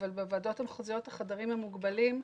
אבל בוועדות המחוזיות החדרים הם מוגבלים.